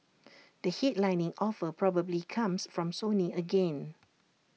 the headlining offer probably comes from Sony again